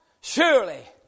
Surely